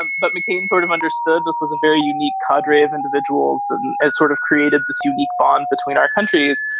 and but mccain sort of understood this was a very unique codrea of individuals that and sort of created this unique bond between our countries.